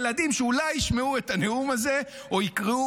ילדים שאולי ישמעו את הנאום הזה או יקראו,